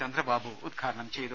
ചന്ദ്രബാബു ഉദ്ഘാടനം ചെയ്തു